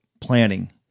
planning